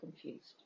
confused